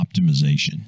optimization